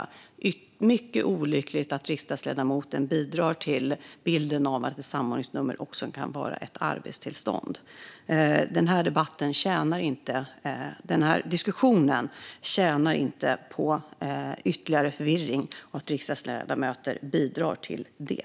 Det är mycket olyckligt att riksdagsledamoten bidrar till bilden av att ett samordningsnummer också kan vara ett arbetstillstånd. Denna diskussion tjänar inte på ytterligare förvirring och att riksdagsledamöter bidrar till det.